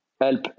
help